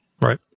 Right